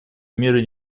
мира